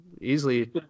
easily